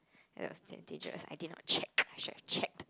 ya is dangerous I did not checked I should have check